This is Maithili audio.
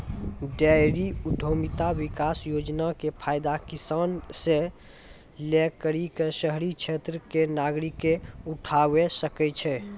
डेयरी उद्यमिता विकास योजना के फायदा किसान से लै करि क शहरी क्षेत्र के नागरिकें उठावै सकै छै